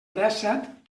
dèsset